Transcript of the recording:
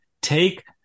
take